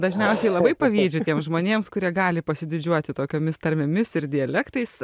dažniausiai labai pavydžiu tiems žmonėms kurie gali pasididžiuoti tokiomis tarmėmis ir dialektais